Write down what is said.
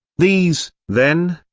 these, then,